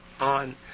on